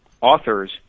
authors